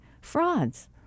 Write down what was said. Frauds